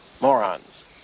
Morons